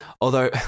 Although-